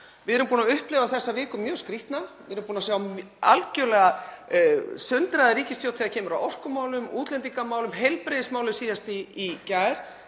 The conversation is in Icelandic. Við erum búin að upplifa þessa viku mjög skrýtna. Við erum búin að sjá algjörlega sundraða ríkisstjórn þegar kemur að orkumálum, útlendingamálum og síðast í gær